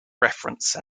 reference